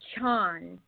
Chan